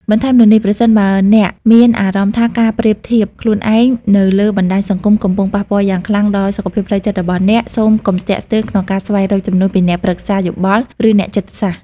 បន្ថែមលើនេះ ប្រសិនបើអ្នកមានអារម្មណ៍ថាការប្រៀបធៀបខ្លួនឯងនៅលើបណ្ដាញសង្គមកំពុងប៉ះពាល់យ៉ាងខ្លាំងដល់សុខភាពផ្លូវចិត្តរបស់អ្នក សូមកុំស្ទាក់ស្ទើរក្នុងការស្វែងរកជំនួយពីអ្នកប្រឹក្សាយោបល់ ឬអ្នកចិត្តសាស្ត្រ។